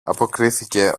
αποκρίθηκε